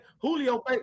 Julio